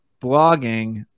blogging